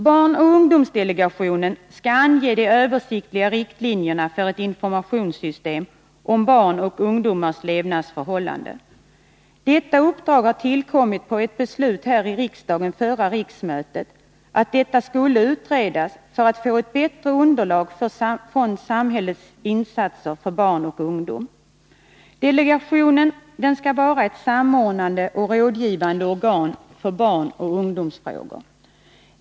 Barnoch ungdomsdelegationen skall ange de översiktliga riktlinjerna för ett informationssystem om barns och ungdomars levnadsförhållanden. Detta uppdrag har tillkommit som en följd av ett beslut här i riksdagen förra riksmötet att detta skulle utredas för att man skulle få ett bättre underlag för samhällets insatser för barn och ungdom. Delegationen skall vara ett samordnande och rådgivande organ för barnoch ungdomsfrågor.